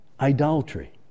Idolatry